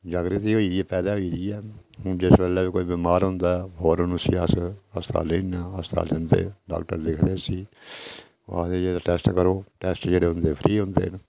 जागृति होई दी ऐ पैदा होई दी ऐ हून जिस बेल्लै बी कोई बमार होंदा फौरन उसी अस अस्पताल जन्नै आं ते डाक्टर उसी आखदे जेह्ड़े टैस्ट करो टैस्ट जेह्ड़े फ्री होंदे